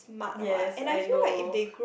yes I know